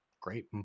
great